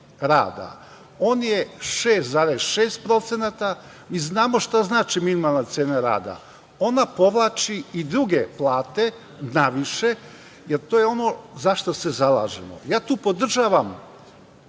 rada. On je 6,6% i znamo šta znači minimalna cena rada, ona povlači i druge plate naviše, jer to je ono za šta se zalažemo. Tu podržavam